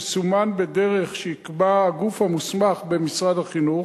שיסומן בדרך שיקבע הגוף המוסמך במשרד החינוך,